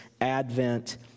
Advent